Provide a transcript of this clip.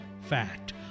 Fact